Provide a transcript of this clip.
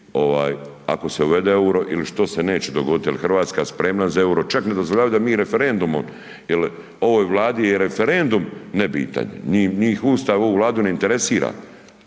ako se uvede EUR-o ili što se neće dogoditi, jel' Hrvatska spremna za EUR-o, čak ne dozvoljavaju da mi referendumom, jel' ovoj Vladi je referendum nebitan, njih Ustav, ovu Vladu ne interesira,